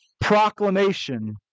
proclamation